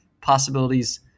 possibilities